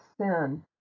sin